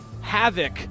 havoc